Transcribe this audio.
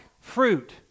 fruit